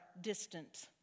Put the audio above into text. distant